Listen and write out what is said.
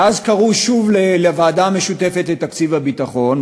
ואז קראו שוב לוועדה המשותפת לתקציב הביטחון,